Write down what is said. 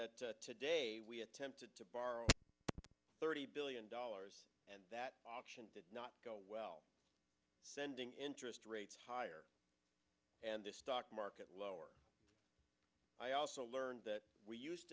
and today we attempted to borrow thirty billion dollars and that option did not go well sending interest rates higher and the stock market lower i also learned that we used